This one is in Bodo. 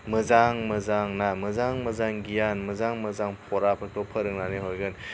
मोजां मोजां ना मोजां मोजां गियान मोजां मोजां फराफोरखौ फोरोंनानै हरगोन